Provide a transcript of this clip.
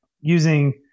using